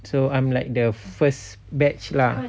so I'm like the first batch lah